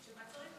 שמה זה?